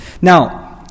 now